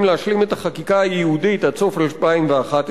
להשלים את החקיקה הייעודית עד סוף 2011,